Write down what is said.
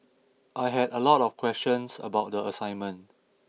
I had a lot of questions about the assignment